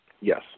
Yes